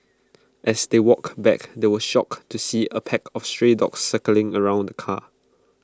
as they walked back they were shocked to see A pack of stray dogs circling around the car